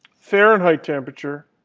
fahrenheit temperature.